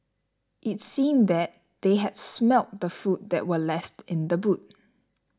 it seemed that they had smelt the food that were left in the boot